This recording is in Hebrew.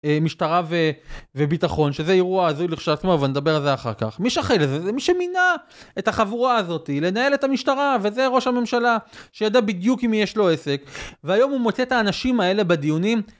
משטרה וביטחון, שזה אירוע הזוי לכשעצמו, אבל נדבר על זה אחר כך. מי שאחראי לזה זה מי שמינה את החבורה הזאתי, לנהל את המשטרה, וזה ראש הממשלה שיודע בדיוק אם יש לו עסק, והיום הוא מוצא את האנשים האלה בדיונים.